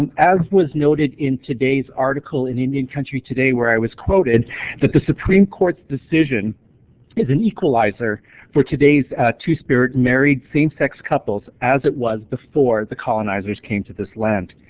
and as was noted in today's article in indian country today where i was quoted that, the supreme court's decision is an equalizer for today's two-spirit married same-sex couples as it was before the colonizers came to this land.